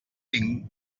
tinc